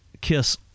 Kiss